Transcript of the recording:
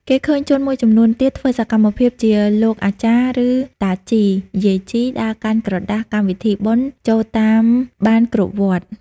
គេឃើញជនមួយចំនួនទៀត ធ្វើសកម្មភាពជាលោកអាចារ្យ ឬតាជី យាយជី ដើរកាន់ក្រដាសកម្មវិធីបុណ្យចូលតាមបានគ្រប់វត្ត ។